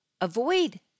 avoid